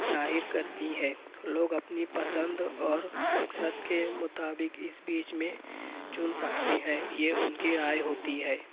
ظاہر کرتی ہے لوگ اپنی پسند اور مقصد کے مطابق اس بیچ میں چن سکتے ہیں یہ ان کی رائے ہوتی ہے